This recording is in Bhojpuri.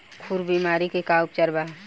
खुर बीमारी के का उपचार बा?